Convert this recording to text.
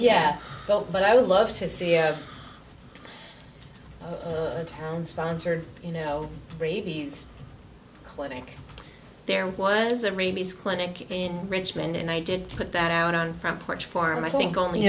yeah but i would love to see a town sponsored you know rabies clinic there was a rabies clinic in richmond and i did put that out on front porch forum i think only y